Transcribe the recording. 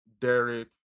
Derek